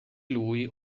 lui